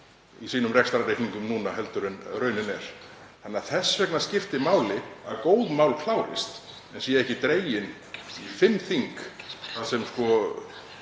í sínum rekstrarreikningum núna heldur en raunin er. Þess vegna skiptir máli að góð mál klárist en séu ekki dregin í fimm þing þar sem